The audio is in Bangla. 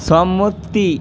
সম্মতি